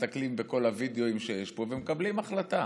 מסתכלים בכל הווידיאו שיש פה ומקבלים החלטה.